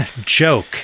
joke